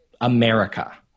America